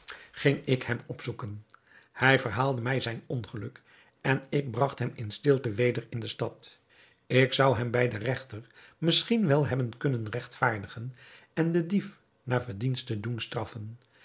ging ik hem opzoeken hij verhaalde mij zijn ongeluk en ik bragt hem in stilte weder in de stad ik zou hem bij den regter misschien wel hebben kunnen regtvaardigen en den dief naar verdienste doen straffen